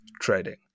trading